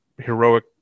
heroic